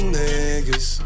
niggas